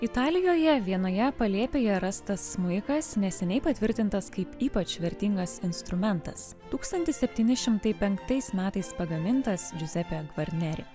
italijoje vienoje palėpėje rastas smuikas neseniai patvirtintas kaip ypač vertingas instrumentas tūkstantis septyni šimtai penktais metais pagamintas džiuzepė gvarneri